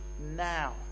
now